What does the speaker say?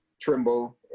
Trimble